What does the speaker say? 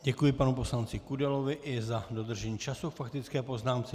Děkuji panu poslanci Kudelovi i za dodržení času k faktické poznámce.